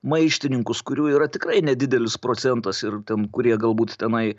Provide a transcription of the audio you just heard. maištininkus kurių yra tikrai nedidelis procentas ir ten kurie galbūt tenai